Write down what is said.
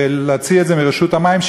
וצריך להוציא את זה מרשות המים,